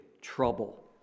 trouble